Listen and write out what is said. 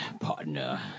partner